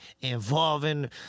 Involving